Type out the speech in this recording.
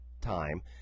time